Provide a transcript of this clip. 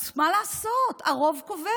אז מה לעשות, הרוב קובע.